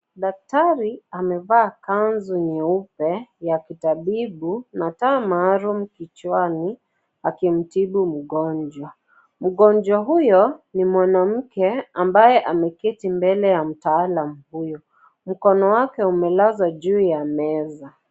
Daktari amevaa kanzu nyeupe ya kitabibu na taa maalum kichwani akimtibu mgonjwa. Mgonjwa huyo ni mwanamke ambaye ameketi mbele ya mtaalam huyu. Mkono wake umelazwa juu ya meza.